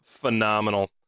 phenomenal